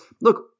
look